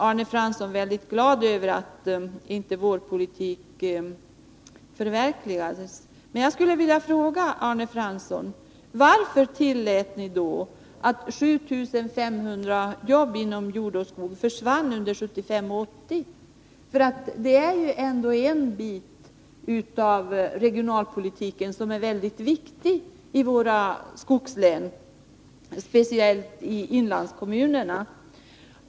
Arne Fransson är väldigt glad över att vår jordbrukspolitik inte förverkligades, men jag skulle vilja fråga Arne Fransson: Varför tillät ni då att 7 500 jobb inom jordoch skogsbruk försvann under åren 1975-1980? Det är ju ändå en bit av regionalpolitiken som är väldigt viktig i våra skogslän, speciellt i inlandskommunerna.